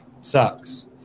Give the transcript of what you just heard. sucks